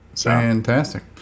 Fantastic